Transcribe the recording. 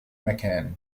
مكان